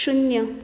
शुन्य